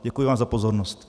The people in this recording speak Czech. Děkuji vám za pozornost.